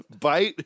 bite